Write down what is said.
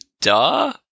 duh